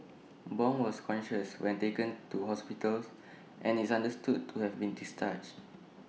Bong was conscious when taken to hospitals and is understood to have been discharged